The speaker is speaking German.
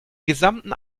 gesamten